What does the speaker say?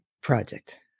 Project